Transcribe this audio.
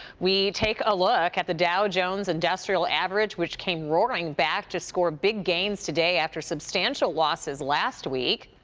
we take a look at the dow jones industrial average which came roaring back to score big gains today after substantial losses last week.